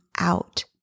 out